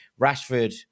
Rashford